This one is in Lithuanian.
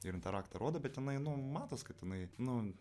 ir jin tą raktą rodo bet inai nu matos kad inai nu